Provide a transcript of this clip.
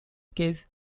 case